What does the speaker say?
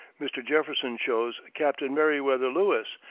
mr. jefferson chose captain meriwether lewis,